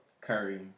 Curry